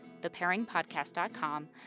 thepairingpodcast.com